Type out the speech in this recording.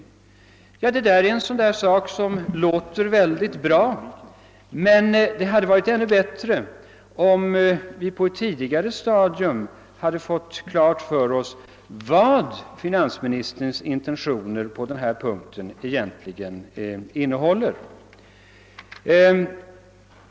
Ja, detta är en sak som låter väldigt bra, men det hade varit ännu bättre om vi på ett tidigare stadium hade fått klart för oss vad finansministerns intentioner på denna punkt egentligen innebär.